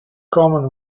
common